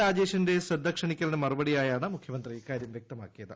രാജേഷിന്റെ ശ്രദ്ധ ക്ഷണിക്കലിന് മറുപടിയാ യാണ് മുഖ്യമന്ത്രി ഇക്കാര്യം വ്യക്തമാക്കിയത്